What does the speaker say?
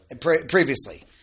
previously